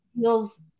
feels